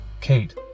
Kate